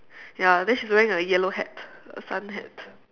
ya then she's wearing a yellow hat a sun hat